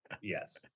yes